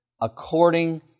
according